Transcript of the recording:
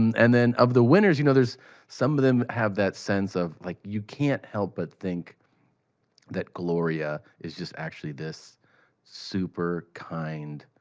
and then, of the winners, you know there's some of them have that sense of, like, you can't help but think that gloria is just actually this super kind,